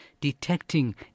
detecting